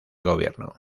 gobierno